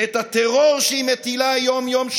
ואת הטרור שהיא מטילה יום-יום,